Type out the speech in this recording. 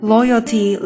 Loyalty